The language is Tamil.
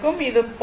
இது 0